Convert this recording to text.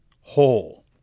whole